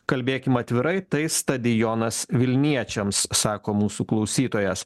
kalbėkim atvirai tai stadionas vilniečiams sako mūsų klausytojas